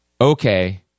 okay